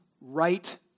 right